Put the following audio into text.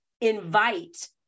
invite